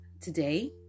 today